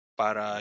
para